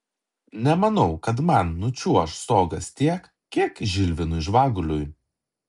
nemanau kad man nučiuoš stogas tiek kiek žilvinui žvaguliui